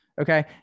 Okay